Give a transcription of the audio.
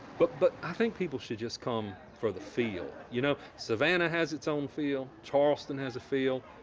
but but i think people should just come for the feel. you know savannah has its own feel, charleston has a feel.